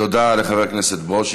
תודה לחבר הכנסת ברושי.